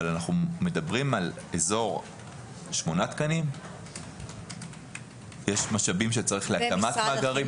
אבל מדובר בערך בשמונה תקנים במשרד החינוך למשאבים שצריך להקמת מאגרים,